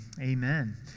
amen